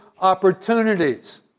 opportunities